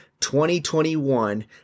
2021